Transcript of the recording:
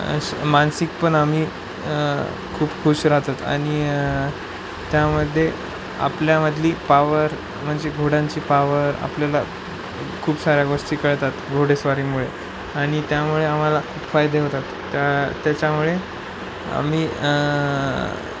मानसिकपण आम्ही खूप खुश राहतात आणि त्यामध्ये आपल्यामधली पावर म्हणजे घोड्यांची पावर आपल्याला खूप साऱ्या गोष्टी कळतात घोडेस्वारीमुळे आणि त्यामुळे आम्हाला फायदे होतात त्या त्याच्यामुळे आम्ही